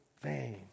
vain